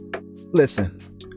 Listen